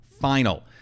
Final